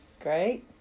Great